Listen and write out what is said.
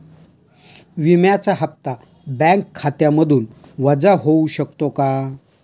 विम्याचा हप्ता बँक खात्यामधून वजा होऊ शकतो का?